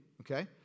Okay